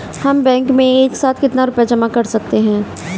हम बैंक में एक साथ कितना रुपया जमा कर सकते हैं?